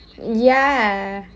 ya